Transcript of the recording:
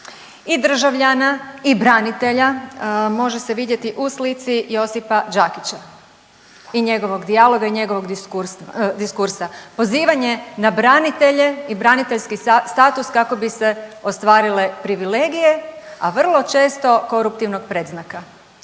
i državljana i branitelja može se vidjeti u slici Josipa Đakića i njegovog dijaloga i njegovog diskursa, pozivanje na branitelje i braniteljski status kako bi se ostvarile privilegije, a vrlo često koruptivnog predznaka.